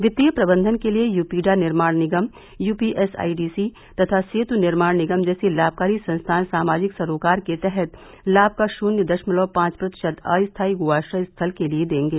वित्तीय प्रबंधन के लिये यूपीडा निर्माण निगम यूपीएसआईडीसी तथा सेत् निर्माण निगम जैसे लाभकारी संस्थान सामाजिक सरोकार के तहत लाभ का शून्य दशमलव पांच प्रतिशत अस्थाई गो आश्रय स्थल के लिये देंगे